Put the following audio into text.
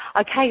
Okay